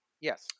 Yes